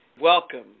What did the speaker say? Welcome